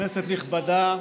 היושבת-ראש,